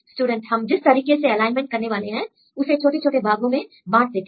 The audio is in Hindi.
स्टूडेंट हम जिस तरीके से एलाइनमेंट करने वाले हैं उसे छोटे भागों में बांट देते हैं